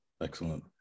Excellent